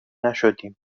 نشدیم